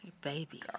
babies